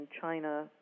China